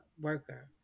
worker